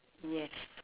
yes